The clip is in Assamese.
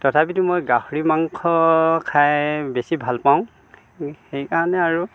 তথাপিটো মই গাহৰি মাংস খাই বেছি ভাল পাওঁ সেইকাৰণে আৰু